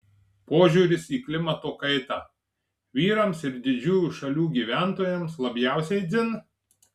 požiūris į klimato kaitą vyrams ir didžiųjų šalių gyventojams labiausiai dzin